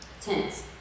Tense